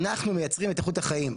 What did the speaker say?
אנחנו מייצרים את איכות החיים,